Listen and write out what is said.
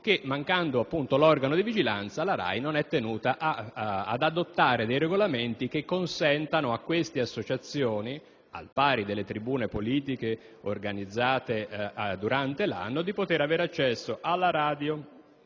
che, mancando l'organo di vigilanza, non è tenuta ad adottare i regolamenti che consentano a tali associazioni, al pari delle tribune politiche organizzate durante l'anno, di avere accesso alla radio